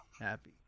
happy